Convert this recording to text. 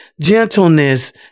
gentleness